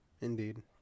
Indeed